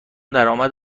درامد